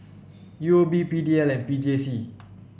U O B P D L and P J C